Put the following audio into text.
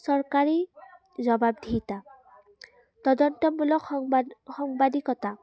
চৰকাৰী জবাবদিহিতা তদন্তমূলক সংবাদ সাংবাদিকতা